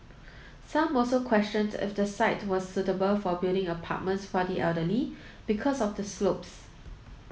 some also questioned if the site was suitable for building apartments for the elderly because of the slopes